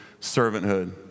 servanthood